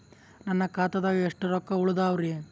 ನನ್ನ ಖಾತಾದಾಗ ಎಷ್ಟ ರೊಕ್ಕ ಉಳದಾವರಿ?